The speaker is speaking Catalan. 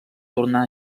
tornar